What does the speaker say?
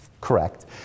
Correct